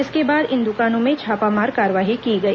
इसके बाद इन दुकानों में छापामार कार्रवाई की गई